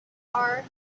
are